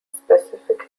specific